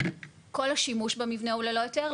כל השימוש במבנה הוא ללא היתר.